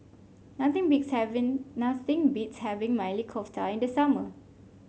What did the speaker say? nothing beats having nothing beats having Maili Kofta in the summer